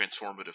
transformative